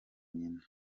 nyina